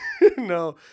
No